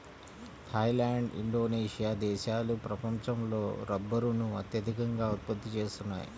Thai land, Indonesia దేశాలు ప్రపంచంలో రబ్బరును అత్యధికంగా ఉత్పత్తి చేస్తున్నాయి